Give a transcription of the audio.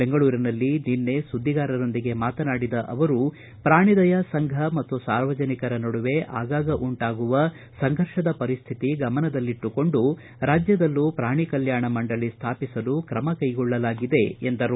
ಬೆಂಗಳೂರಿನಲ್ಲಿ ನಿನ್ನೆ ಸುದ್ದಿಗಾರರೊಂದಿಗೆ ಮಾತನಾಡಿದ ಅವರು ಪ್ರಾಣಿದಯಾಸಂಘ ಮತ್ತು ಸಾರ್ವಜನಿಕರ ನಡುವೆ ಆಗಾಗ ಉಂಟಾಗುವ ಸಂಘರ್ಷದ ಪರಿಶ್ಠಿತಿ ಗಮನದಲ್ಲಿಟ್ಟುಕೊಂಡು ರಾಜ್ವದಲ್ಲೂ ಪ್ರಾಣಿ ಕಲ್ಟಾಣ ಮಂಡಳಿ ಸ್ವಾಪಿಸಲು ಕ್ರಮ ಕೈಗೊಳ್ಳಲಾಗಿದೆ ಎಂದರು